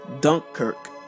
Dunkirk